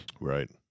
Right